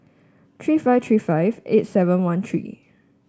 three five three five eight seven one three